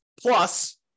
Plus